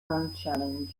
unchallenged